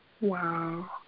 Wow